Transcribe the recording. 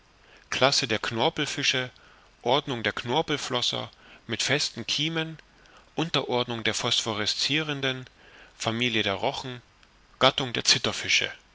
classe der knorpelfische ordnung der knorpelflosser mit festen kiemen unterordnung der phosphorescirenden familie der rochen gattung der